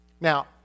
Now